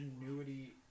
ingenuity